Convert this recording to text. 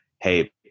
Hey